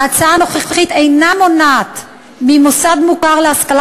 ההצעה הנוכחית אינה מונעת ממוסד מוכר להשכלה